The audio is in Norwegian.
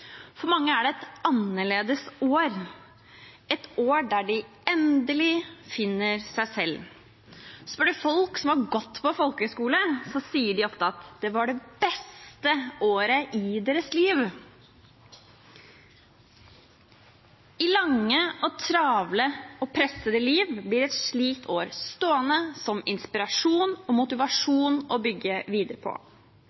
For mange er det et annerledes år, et år da de endelig finner seg selv. Spør du folk som har gått på folkehøgskole, sier de ofte at det var det beste året i deres liv. I lange, travle og pressede liv blir et slikt år stående som inspirasjon og